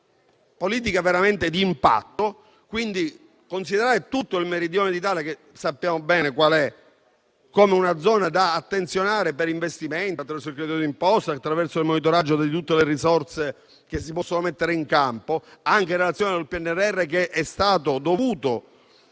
politica veramente di impatto. Occorre considerare tutto il Meridione d'Italia come una zona da attenzionare con investimenti attraverso il credito di imposta e il monitoraggio di tutte le risorse che si possono mettere in campo, anche in relazione al PNRR, che si è dovuto